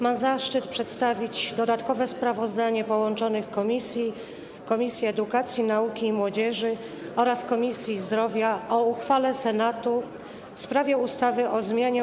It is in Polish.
Mam zaszczyt przedstawić dodatkowe sprawozdanie połączonych Komisji: Edukacji, Nauki i Młodzieży oraz Zdrowia o uchwale Senatu w sprawie ustawy o zmianie